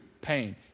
pain